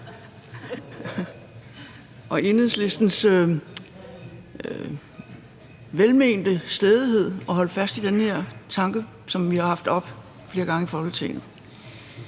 med Enhedslistens velmente stædighed med den her tanke, som vi haft oppe flere gange i Folketinget.